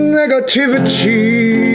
negativity